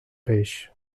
peix